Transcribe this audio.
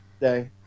Day